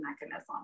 mechanism